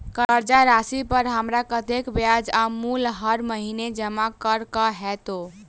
कर्जा राशि पर हमरा कत्तेक ब्याज आ मूल हर महीने जमा करऽ कऽ हेतै?